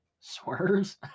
Swerves